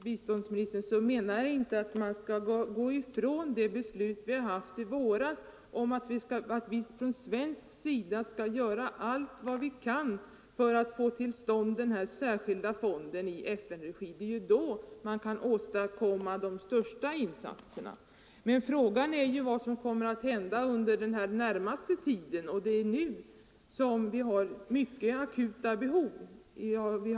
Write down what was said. Herr talman! Självfallet menade jag inte, fru biståndsminister, att vi skall gå ifrån det beslut riksdagen fattade i våras om att vi från svensk sida 17 skall göra allt vad vi kan för att få till stånd den särskilda fonden i FN:s regi. Det är ju på den vägen vi kan göra de största insatserna. Men frågan är vad som kommer att hända under den närmaste tiden, och det är nu vi har de mycket akuta behoven.